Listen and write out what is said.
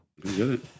good